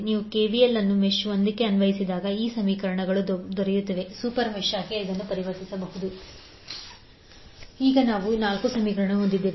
ನೀವು ಕೆವಿಎಲ್ ಅನ್ನು ಮೆಶ್ 1 ಗೆ ಅನ್ವಯಿಸಿದಾಗ ಅದು ಆಗುತ್ತದೆ 108 j2I1 j2I2 8I30 ಜಾಲರಿ 2 ಗಾಗಿ I2 3 ಸೂಪರ್ಮೆಶ್ಗಾಗಿ 8 j4I3 8I16j5I4 j5I20 ಮೆಶ್ 3 ಮತ್ತು 4 ರ ನಡುವಿನ ಪ್ರಸ್ತುತ ಮೂಲದ ಕಾರಣ ನೋಡ್ A ನಲ್ಲಿ I4I34 ಈಗ ನಾವು 4 ಸಮೀಕರಣಗಳನ್ನು ಹೊಂದಿದ್ದೇವೆ